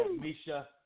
Misha